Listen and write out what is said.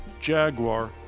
Jaguar